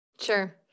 Sure